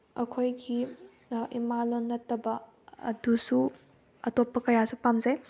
ꯑꯩꯈꯣꯏꯒꯤ ꯏꯃꯥꯂꯣꯟ ꯅꯠꯇꯕ ꯑꯗꯨꯁꯨ ꯑꯇꯣꯞꯄ ꯀꯌꯥꯁꯨ ꯄꯥꯝꯖꯩ